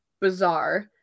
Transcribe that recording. bizarre